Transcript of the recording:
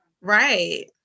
Right